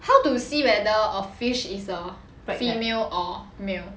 how to see whether a fish is a female or male